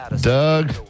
Doug